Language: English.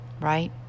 right